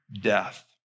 death